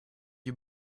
you